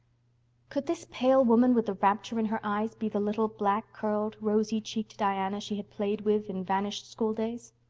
could this pale woman with the rapture in her eyes be the little black-curled, rosy-cheeked diana she had played with in vanished schooldays?